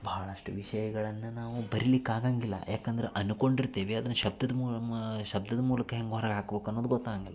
ಬಹಳಷ್ಟು ವಿಷಯಗಳನ್ನು ನಾವು ಬರಿಲಿಕ್ಕೆ ಆಗಂಗಿಲ್ಲ ಯಾಕಂದ್ರೆ ಅಂದ್ಕೊಂಡಿರ್ತೀವಿ ಅದನ್ನು ಶಬ್ದದ ಮೂ ಮಾ ಶಬ್ದದ ಮೂಲಕ ಹೆಂಗೆ ಹೊರಗೆ ಹಾಕ್ಬೆಕು ಅನ್ನೋದು ಗೊತ್ತಾಗಂಗಿಲ್ಲ